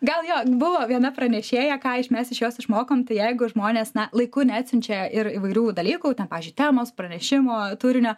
gal jo buvo viena pranešėja ką iš mes iš jos išmokom tai jeigu žmonės na laiku neatsiunčia ir įvairių dalykų ten pavyzdžiui temos pranešimo turinio